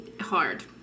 hard